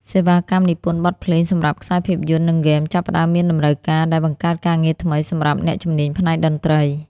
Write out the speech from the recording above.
សេវាកម្មនិពន្ធបទភ្លេងសម្រាប់ខ្សែភាពយន្ត និងហ្គេម ចាប់ផ្តើមមានតម្រូវការ ដែលបង្កើតការងារថ្មីសម្រាប់អ្នកជំនាញផ្នែកតន្ត្រី។